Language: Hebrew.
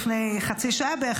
לפני חצי שעה בערך,